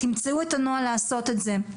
תמצאו את הנוהל לעשות את זה.